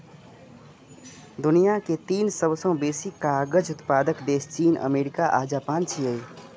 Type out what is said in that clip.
दुनिया के तीन सबसं बेसी कागज उत्पादक देश चीन, अमेरिका आ जापान छियै